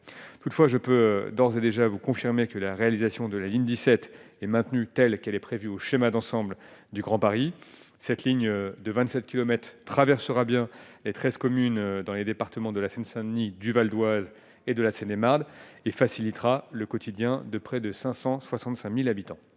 toutefois je peux d'ores et déjà vous confirmer que la réalisation de la ligne 17 est maintenue telle qu'elle est prévue au schéma d'ensemble du Grand Paris, cette ligne de 27 kilomètres traversera bien les 13 communes dans les départements de la Seine-Saint-Denis, du Val d'Oise et de la Seine-et-Marne et facilitera le quotidien de près de 565000 habitants,